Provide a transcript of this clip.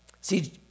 See